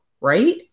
right